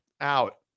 out